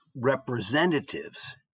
representatives